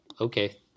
Okay